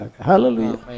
Hallelujah